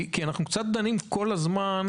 אנחנו נכים,